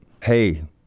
Hey